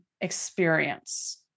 experience